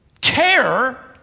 care